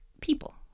people